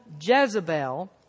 Jezebel